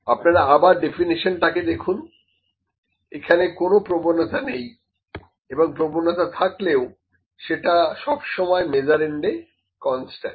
আপনারা আবার ডেফিনেশন টা দেখুন এখানে কোন প্রবণতা নেই এবং প্রবণতা থাকলেও সেটা সব সময় মেজারেন্ডে কনস্ট্যান্ট